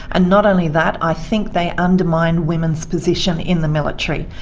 and not only that, i think they undermine women's position in the military,